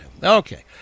Okay